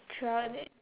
throughout that